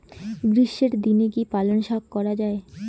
গ্রীষ্মের দিনে কি পালন শাখ করা য়ায়?